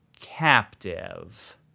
captive